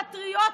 פטריוטים,